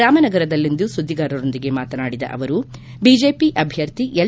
ರಾಮನಗರದಲ್ಲಿಂದು ಸುದ್ದಿಗಾರರೊಂದಿಗೆ ಮಾತನಾಡಿದ ಅವರು ಬಿಜೆಪಿ ಅಭ್ಯರ್ಥಿ ಎಲ್